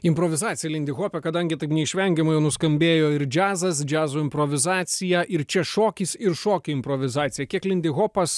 improvizacija lindihope kadangi taip neišvengiamai jau nuskambėjo ir džiazas džiazo improvizacija ir čia šokis ir šokio improvizacija kiek lindihopas